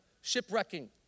Shipwrecking